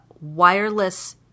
wireless –